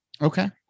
Okay